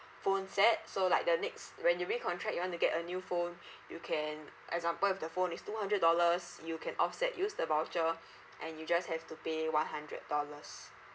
phone set so like the next when you recontract you want to get a new phone you can example if the phone is two hundred dollars you can offset use the voucher and you just have to pay one hundred dollars